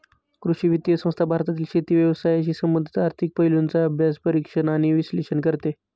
कृषी वित्त संस्था भारतातील शेती व्यवसायाशी संबंधित आर्थिक पैलूंचा अभ्यास, परीक्षण आणि विश्लेषण करते